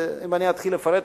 אם אני אתחיל לפרט,